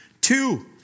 Two